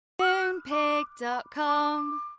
Moonpig.com